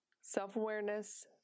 self-awareness